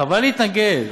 חבל להתנגד.